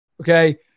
Okay